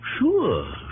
Sure